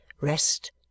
Rest